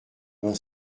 vingt